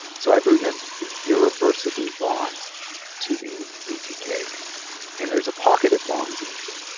so ibrutinib irreversibly bonds to the btk and there's a pocket it bonds into.